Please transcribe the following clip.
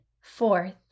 Fourth